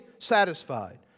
satisfied